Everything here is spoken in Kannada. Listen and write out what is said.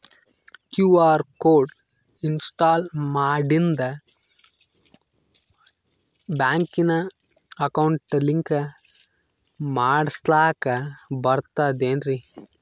ಕ್ಯೂ.ಆರ್ ಕೋಡ್ ಇನ್ಸ್ಟಾಲ ಮಾಡಿಂದ ಬ್ಯಾಂಕಿನ ಅಕೌಂಟ್ ಲಿಂಕ ಮಾಡಸ್ಲಾಕ ಬರ್ತದೇನ್ರಿ